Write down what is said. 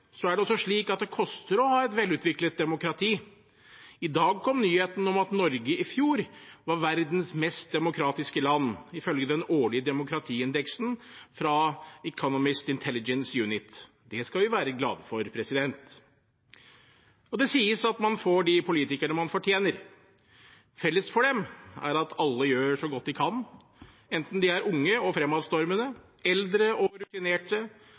Det koster også å ha et velutviklet demokrati. I dag kom nyheten om at Norge i fjor var verdens mest demokratiske land, ifølge den årlige demokratiindeksen fra The Economist Intelligence Unit. Det skal vi være glad for. Det sies at man får de politikerne man fortjener. Felles for dem er at alle gjør så godt de kan, enten de er unge og fremadstormende, eldre og rutinerte,